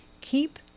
Keep